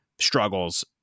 struggles